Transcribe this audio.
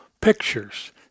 pictures